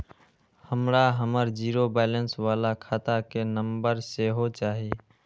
हमरा हमर zero balance बाला खाता के नम्बर सेहो चाही